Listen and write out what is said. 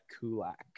Kulak